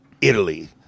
Italy